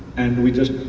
and we just